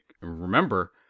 Remember